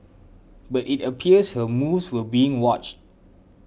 but it appears her moves were being watched